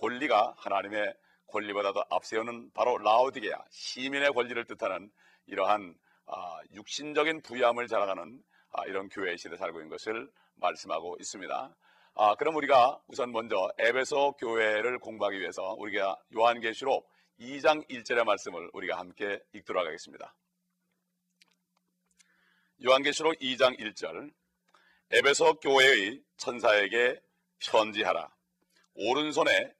권리가 하나님의 권리보다도 앞세우는 바로 라오디게아, 시민의 권리를 뜻하는 이러한, 아, 육신적인 부유함을 자랑하는, 아, 이런 교회의 시대에 살고 있는 것을 말씀하고 있습니다. 아, 그럼 우리가 우선 먼저 에베소 교회를 공부하기 위해서 우리가 요한계시록 이 장 일 절의 말씀을 우리가 함께 읽도록 하겠습니다. 요한계시록 이 장 일 절. 에베소 교회의 천사에게 편지하라. 오른손에